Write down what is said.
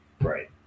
Right